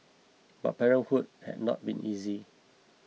but parenthood had not been easy